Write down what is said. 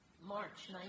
March